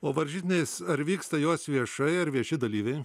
o varžytinės ar vyksta jos viešai ar vieši dalyviai